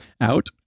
out